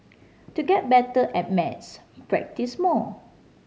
to get better at maths practise more